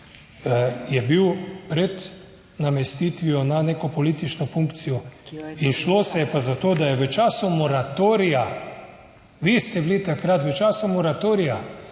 je bil pred namestitvijo na neko politično funkcijo in šlo se je pa za to, da je v času moratorija, vi ste bili takrat v času moratorija,